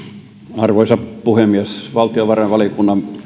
arvoisa puhemies valtiovarainvaliokunnan